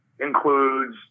includes